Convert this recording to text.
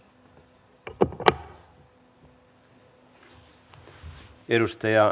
no jatketaan sitten joskus